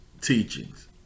teachings